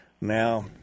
Now